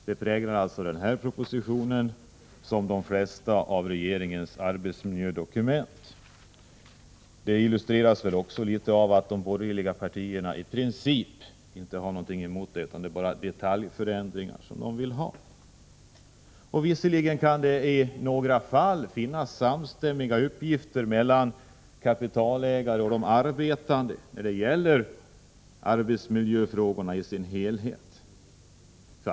Detta präglar den här propositionen liksom de flesta av regeringens arbetsmiljödokument, och det illustreras väl också av att de borgerliga partierna i princip inte har något emot regeringens förslag utan bara vill ha detaljförändringar. Visserligen kan det i några fall finnas samstämmiga intressen hos kapitalägare och de arbetande när det gäller arbetsmiljöfrågorna i deras helhet.